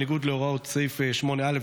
בניגוד להוראות סעיף 8א,